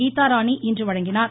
கீதாராணி இன்று வழங்கினார்